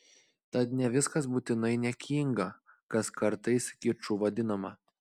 tad ne viskas būtinai niekinga kas kartais kiču vadinama